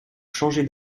changé